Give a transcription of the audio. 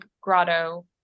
Grotto